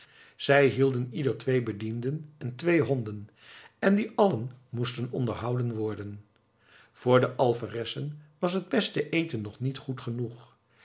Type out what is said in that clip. zij hielden ieder twee bedienden en twee honden en die allen moesten onderhouden worden voor de alferessen was het beste eten nog niet goed genoeg